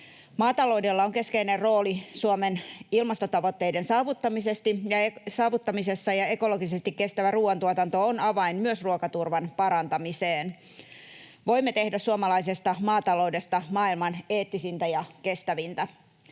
Maataloudella on keskeinen rooli Suomen ilmastotavoitteiden saavuttamisessa, ja ekologisesti kestävä ruuantuotanto on avain myös ruokaturvan parantamiseen. Voimme tehdä suomalaisesta maataloudesta maailman eettisintä ja kestävintä.